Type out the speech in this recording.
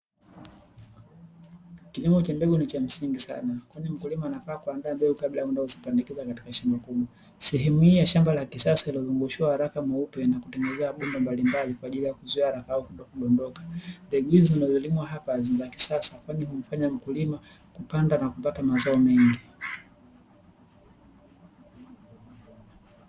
Kilimo cha mbegu ni cha msingi sana, kwani mkulima anapaswa kuandaa mbegu kabla ya kuhamia au kuanza kupandikiza katika shamba kuu. Sehemu hii ya shamba la kisasa imewekewa haraka nyeupe ya kutengenezea banda mbalimbali kwa ajili ya kuzuia randa au kuzuia mbegu kudondoka. Mbegu ziazolimwa hapa ni za kisasa, kwani zinamuwezesha mkulima kupanda na kupata mazao mengi.